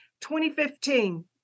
2015